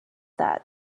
that